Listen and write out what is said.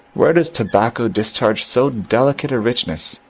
where does tobacco discharge so delicate a richness,